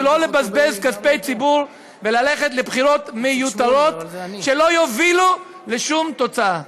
ולא לבזבז כספי ציבור וללכת לבחירות מיותרות שלא יובילו לשום תוצאה.